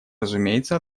разумеется